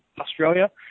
Australia